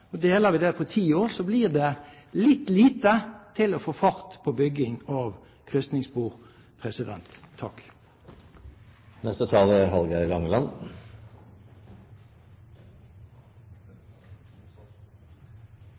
og deler vi det på ti år, blir det litt lite til å få fart på byggingen av